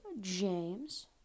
James